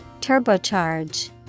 turbocharge